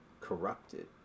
corrupted